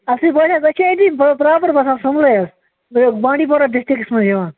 اصلی پٲٹھۍ حظ أسۍ چھِ أتی پراپَر باسان سُملے حظ بانڈی پورہ ڈِسٹرٛکَس منٛز یِوان